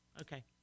Okay